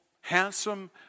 handsome